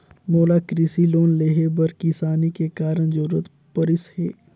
मोला कृसि लोन लेहे बर किसानी के कारण जरूरत परिस हे